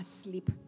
asleep